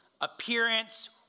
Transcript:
appearance